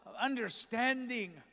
understanding